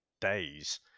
days